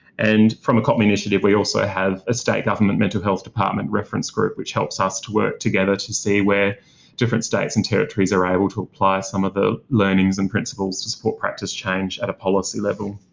and from the copmi initiative, we also have a state government mental health department reference group, which helps us to work together to see where different states and territories are able to apply some of the learnings and principles to support practice change at a policy level.